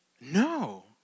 No